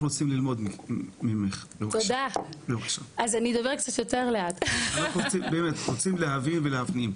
אנחנו רוצים ללמוד ממך, רוצים להבין ולהפנים.